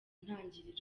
ntangiriro